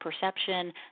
perception